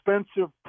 expensive